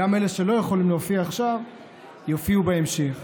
וגם אלה שלא יכולים להופיע עכשיו יופיעו בהמשך.